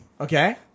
okay